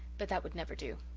but that would never do.